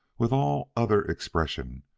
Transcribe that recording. with all other expression,